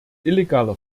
illegaler